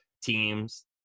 teams